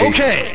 Okay